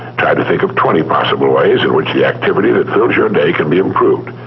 try to think of twenty possible ways in which the activity that fills your day can be improved.